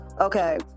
Okay